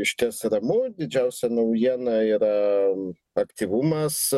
išties ramu didžiausia naujiena yra aktyvumas